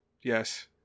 Yes